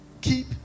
Keep